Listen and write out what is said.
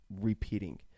repeating